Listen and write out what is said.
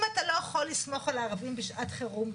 אם אתה לא יכול לסמוך על הערבים בשעת חירום,